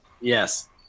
yes